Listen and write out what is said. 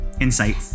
insight